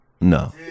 No